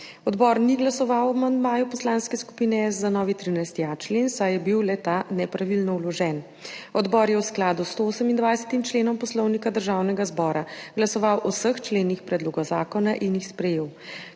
Odbor ni glasoval o amandmaju Poslanske skupine SDS za novi 13.a člen, saj je bil le-ta nepravilno vložen. Odbor je v skladu s 128. členom Poslovnika Državnega zbora glasoval o vseh členih predloga zakona in jih sprejel.